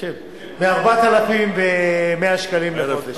מ-4,100 שקלים לחודש.